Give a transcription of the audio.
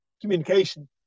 communication